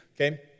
okay